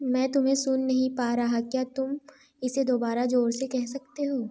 मैं तुम्हें सुन नहीं पा रहा क्या तुम इसे दोबारा ज़ोर से कह सकते हो